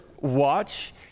watch